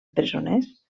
presoners